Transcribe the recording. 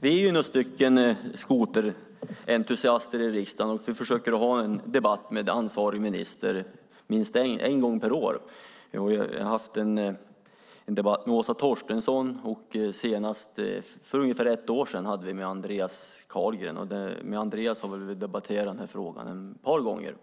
Vi är några skoterentusiaster i riksdagen, och vi försöker ha en debatt med ansvarig minister minst en gång per år. Vi har haft en debatt med Åsa Torstensson, och för ungefär ett år sedan hade vi en debatt med Andreas Carlgren. Vi har debatterat denna fråga med honom ett par gånger.